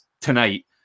tonight